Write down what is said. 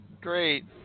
Great